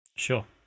Sure